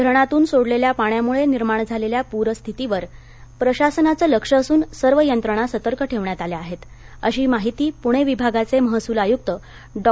धरणातून सोडलेल्या पाण्यामुळे निर्माण झालेल्या पूर परिस्थितीवर प्रशासनाचे लक्ष असून सर्व यंत्रणा सतर्क ठेवण्यात आल्या आहेत अशी माहिती पुणे विभागाचे महसूल आयुक्त डॉ